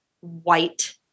white